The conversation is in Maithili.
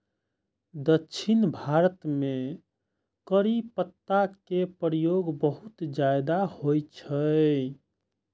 दक्षिण भारत मे करी पत्ता के प्रयोग बहुत ज्यादा होइ छै